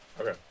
Okay